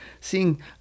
Seeing